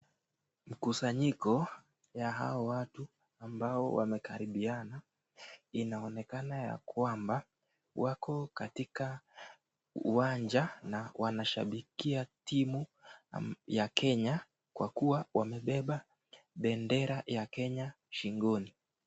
Mkusanyiko ya hawa watu, ambao wamekaribiana inaonekana ya kwamba, wako katika na wanashabikia timu ya Kenya kwa kuwa wamebeba bendera ya Kenya shingoni.